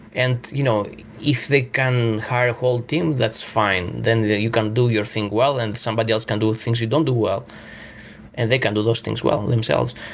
and you know if they can hire a whole team, that's fine, then you can do your thing well and somebody else can do things you don't do well and they can do those things well themselves.